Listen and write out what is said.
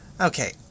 Okay